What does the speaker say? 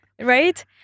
right